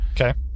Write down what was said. Okay